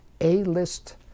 A-list